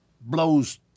blows